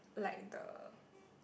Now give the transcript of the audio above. like the